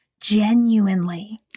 genuinely